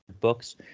books